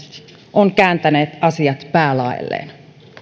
ovat kääntäneet asiat päälaelleen